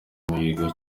muhigo